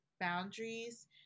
boundaries